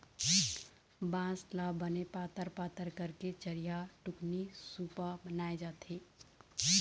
बांस ल बने पातर पातर करके चरिहा, टुकनी, सुपा बनाए जाथे